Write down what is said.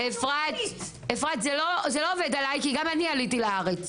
אפרת, זה לא עובד עליי כי גם אני עליתי לארץ.